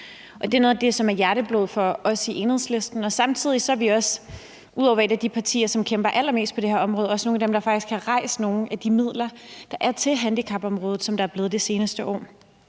det er noget af det, som er hjerteblod for os i Enhedslisten. Ud over at være et af de partier, som kæmper allermest på det her område, er vi samtidig også nogle af dem, der faktisk har rejst nogle af de midler, der er kommet til handicapområdet det seneste år.